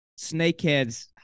snakeheads